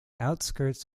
outskirts